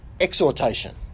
exhortation